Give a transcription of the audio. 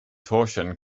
torsion